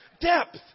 Depth